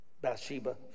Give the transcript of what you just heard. Bathsheba